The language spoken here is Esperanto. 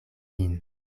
lin